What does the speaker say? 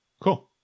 Cool